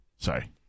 Sorry